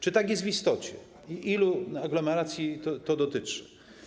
Czy tak jest w istocie i ilu aglomeracji to dotyczy?